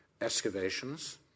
excavations